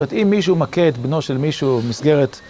זאת אומרת, אם מישהו מכה את בנו של מישהו במסגרת...